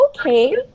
okay